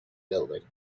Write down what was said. building